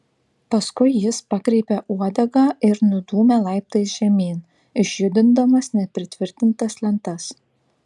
paskui jis pakreipė uodegą ir nudūmė laiptais žemyn išjudindamas nepritvirtintas lentas